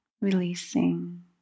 releasing